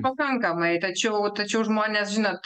pakankamai tačiau tačiau žmonės žinot